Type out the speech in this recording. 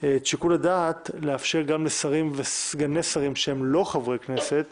את שיקול הדעת לאפשר גם לשרים וסגני שרים שהם לא חברי כנסת